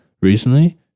recently